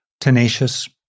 tenacious